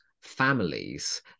families